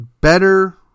better